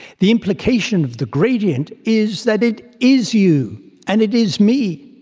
the implication of the gradient is that it is you and it is me